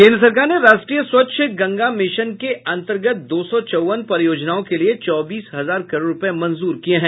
केन्द्र सरकार ने राष्ट्रीय स्वच्छ गंगा मिशन के अंतर्गत दो सौ चौवन परियोजनाओं के लिए चौबीस हजार करोड़ रुपये मंजूर किए हैं